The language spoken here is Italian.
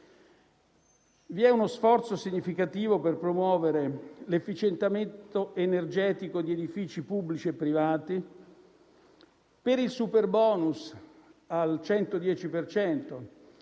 Vi è uno sforzo significativo per promuovere l'efficientamento energetico di edifici pubblici e privati. Per il superbonus al 110